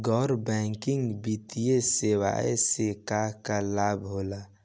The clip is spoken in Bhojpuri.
गैर बैंकिंग वित्तीय सेवाएं से का का लाभ होला?